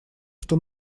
что